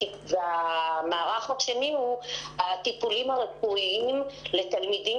והמערך השני הוא הטיפולים הרפואיים לתלמידים